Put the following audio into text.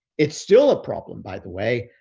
it's still a problem by the way,